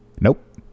Nope